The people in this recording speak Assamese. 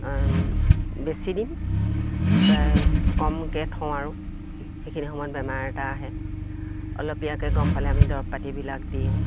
বেচি দিম প্ৰায় কমকৈ থওঁ আৰু সেইখিনি সময়ত বেমাৰ এটা আহে অলপীয়াকৈ গম পালে আমি দৰৱ পাতিবিলাক দিওঁ